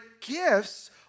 gifts